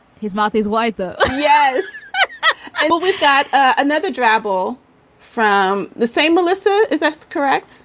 his mouth is wide, though. yes well, we've got another dribble from the same. melissa is. that's correct.